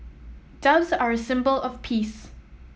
doves are a symbol of peace